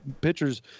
pitchers